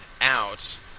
out